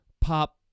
pop